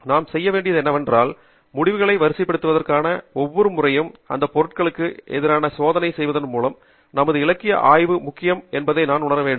நாம் செய்ய வேண்டியது என்னவென்றால் முடிவுகளை வரிசைப்படுத்துவதற்கான ஒவ்வொரு முறையும் அந்த பொருட்களுக்கு எதிரான சோதனை செய்வதன் மூலம் எமது இலக்கிய ஆய்வுக்கு முக்கியம் என்பதை நாம் உணர வேண்டும்